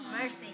Mercy